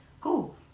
cool